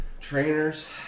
trainers